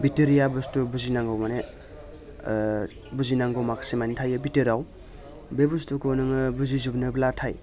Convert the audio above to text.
भिथोरिया बुस्थु बुजिनांगौ माने ओ बुजिनांगौ माखासे मानि थायो भिथोराव बे बुस्थुखौ नोङो बुजिजोबनोब्लाथाय